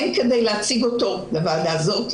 הן כדי להציג אותו לוועדה הזאת,